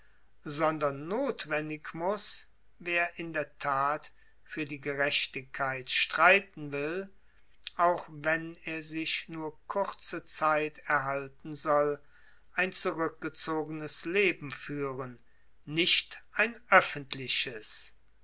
sondern notwendig muß wer in der tat für die gerechtigkeit streiten will auch wenn er sich nur kurze zeit erhalten soll ein zurückgezogenes leben führen nicht ein öffentliches